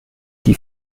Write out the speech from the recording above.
die